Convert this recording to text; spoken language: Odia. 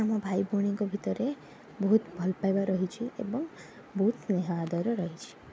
ଆମ ଭାଇ ଭଉଣୀଙ୍କ ଭିତରେ ବହୁତ ଭଲପାଇବା ରହିଛି ଏବଂ ବହୁତ ସ୍ନେହ ଆଦର ରହିଛି